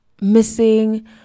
missing